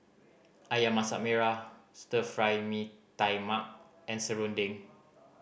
Ayam Masak Merah Stir Fry Mee Tai Mak and serunding